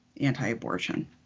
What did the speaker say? anti-abortion